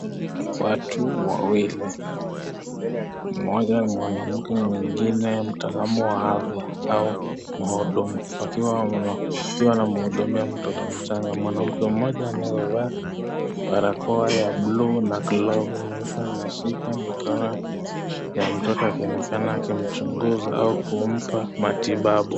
Watu wawili mmoja ni mwanamke mwingine mtaalam wa afya au mhudumu wakiwa wanamhudumia mtoto mchanga. Mwanamke mmoja anayevaa barakoa ya buluu na glavu nyeupe anashika mikono ya mtoto akionekana akimchunguza au kumpa matibabu.